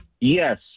Yes